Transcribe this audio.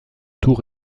tour